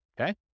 Okay